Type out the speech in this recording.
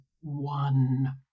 one